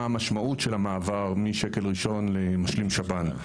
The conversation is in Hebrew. המשמעות של המעבר משקל ראשון למשלים שב"ן.